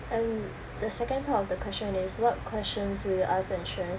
and the second part of the question is what questions would you ask the insurance